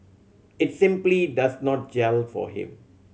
it simply does not gel for him